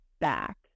back